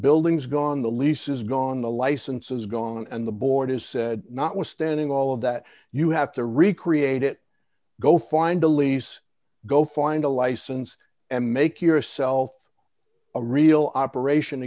buildings gone the lease is gone the license is gone and the board is said notwithstanding all of that you have to recreate it go find a lease go find a license and make yourself a real operation